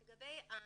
אז לגבי המגשרים,